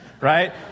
Right